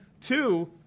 two